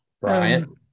Brian